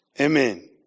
Amen